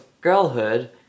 Girlhood